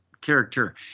character